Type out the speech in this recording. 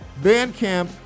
bandcamp